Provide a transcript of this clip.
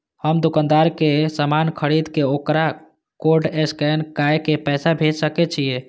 हम दुकानदार के समान खरीद के वकरा कोड स्कैन काय के पैसा भेज सके छिए?